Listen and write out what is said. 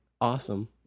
awesome